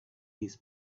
his